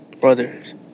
brothers